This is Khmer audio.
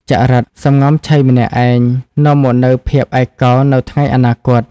ចរិត «សំងំឆីម្នាក់ឯង» នាំមកនូវភាពឯកោនៅថ្ងៃអនាគត។